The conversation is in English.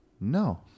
no